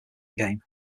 game